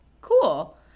cool